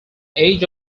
age